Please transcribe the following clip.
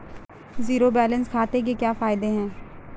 Zero balance खाते के क्या फायदे हैं?